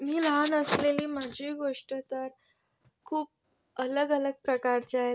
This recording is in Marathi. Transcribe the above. मी लहान असलेली माझी गोष्ट तर खूप अलग अलग प्रकारच्या आहे